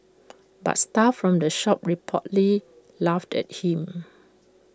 but staff from the shop reportedly laughed at him